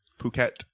Phuket